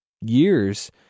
years